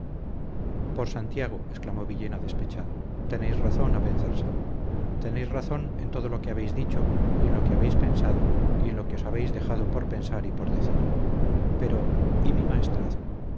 por santiago exclamó villena despechado tenéis razón abenzarsal tenéis razón en todo lo que habéis dicho y en lo que habéis pensado y en lo que os habéis dejado por pensar y por decir pero y mi maestrazgo